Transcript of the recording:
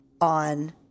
on